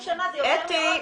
אמירות.